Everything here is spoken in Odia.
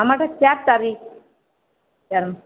ଆମର୍ ଚାର୍ ତାରିଖ୍